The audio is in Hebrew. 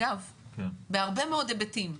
בהרבה מאוד היבטים.